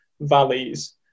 valleys